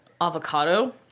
avocado